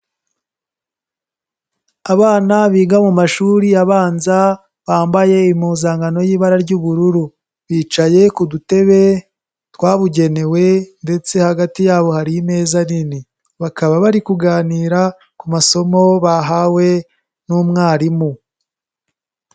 Abana biga mu mashuri abanza, bambaye impuzankano y'ibara ry'ubururu, bicaye ku dutebe twabugenewe ndetse hagati yabo hari imeza nini, bakaba bari kuganira ku masomo bahawe n'umwarimu.